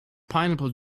pineapple